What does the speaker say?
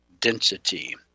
density